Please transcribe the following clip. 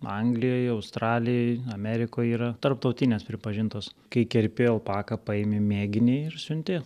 anglijoje australijoj amerikoj yra tarptautinės pripažintos kai kerpi alpaką paimi mėginį ir siunti